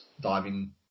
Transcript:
diving